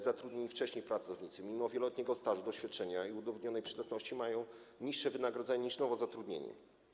Zatrudnieni wcześniej pracownicy mimo wieloletniego stażu, doświadczenia i udowodnionej przydatności mają niższe wynagrodzenie niż nowo zatrudnieni.